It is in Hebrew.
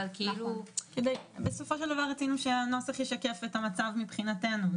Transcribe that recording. כאילו -- בסופו של דבר רצינו שהנוסח ישקף את המצב מבחינתנו.